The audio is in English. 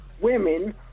Women